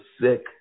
sick